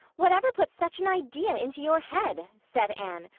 whatever put such an idea into your head? said anne,